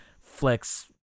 flex